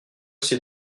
ces